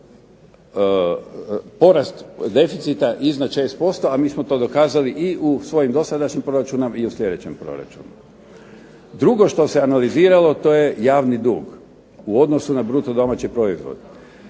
porast deficita iznad 6%, a mi smo dokazali u svojim dosadašnjim proračunima i u sljedećem proračunu. Drugo što se analiziralo to je javni dug u odnosu na bruto domaći proizvod.